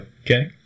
Okay